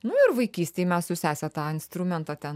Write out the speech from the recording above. nu ir vaikystėj mes su sese tą instrumentą ten